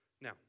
Now